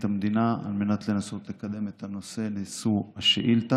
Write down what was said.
המדינה על מנת לנסות לקדם את נושא השאילתה,